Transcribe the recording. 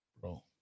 bro